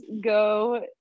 go